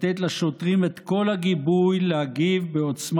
לתת לשוטרים את כל הגיבוי להגיב בעוצמה